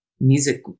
music